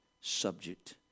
subject